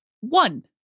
one